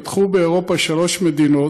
פתחו באירופה שלוש מדינות,